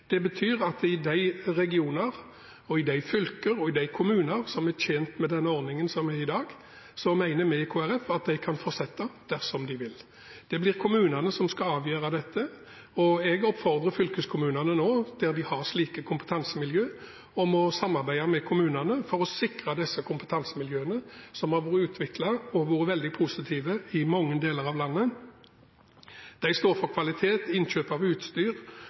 Det betyr at i de regioner, i de fylker og i de kommuner som er tjent med den ordningen som er i dag, mener vi i Kristelig Folkeparti at de kan fortsette dersom de vil. Det blir kommunene som skal avgjøre dette, og jeg oppfordrer fylkeskommunene nå, der de har slike kompetansemiljø, til å samarbeide med kommunene for å sikre disse kompetansemiljøene, som har blitt utviklet og blitt veldig positive i mange deler av landet. De står for kvalitet og innkjøp av utstyr